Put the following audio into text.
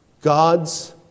God's